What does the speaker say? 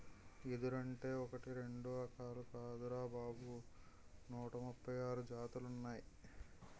ఎదురంటే ఒకటీ రెండూ రకాలు కాదురా బాబూ నూట ముప్పై ఆరు జాతులున్నాయ్